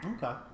Okay